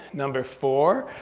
number four,